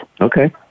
Okay